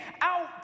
out